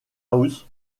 house